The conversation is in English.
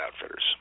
Outfitters